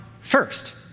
first